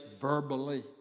verbally